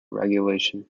regulation